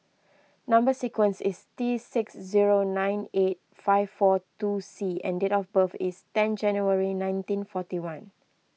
Number Sequence is T six zero nine eight five four two C and date of birth is ten January nineteen forty one